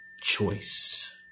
Choice